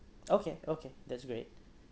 okay okay that's great